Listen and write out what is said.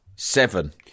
Seven